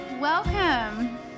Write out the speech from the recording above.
Welcome